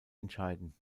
entscheiden